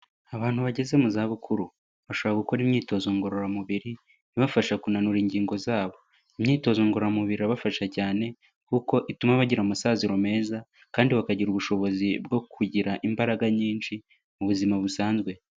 Abantu bageze mu zabukuru. Bashobora gukora imyitozo ngororamubiri, ibafasha kunanura ingingo zabo. Imyitozo ngororamubiri irabafasha cyane kuko ituma bagira amasaziro meza kandi bakagira ubushobozi bwo kugira imbaraga nyinshi, mu buzima busanzwe.